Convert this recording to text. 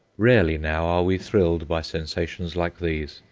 rarely now are we thrilled by sensations like these.